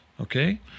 Okay